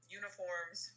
uniforms